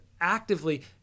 actively